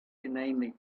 inanely